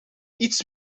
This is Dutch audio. iets